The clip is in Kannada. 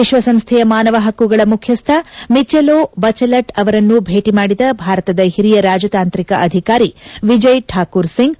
ಎಶ್ವಸಂಸ್ಥೆಯ ಮಾನವ ಪಕುಗಳ ಮುಖ್ಯಸ್ತ ಮಿಜೆಲೊ ಬಜೆಲಟ್ ಅವರನ್ನು ಭೇಟಿ ಮಾಡಿದ ಭಾರತದ ಒರಿಯ ರಾಜತಾಂತ್ರಿಕ ಅಧಿಕಾರಿ ವಿಜಯ್ ಶಾಕೂರ್ ಸಿಂಗ್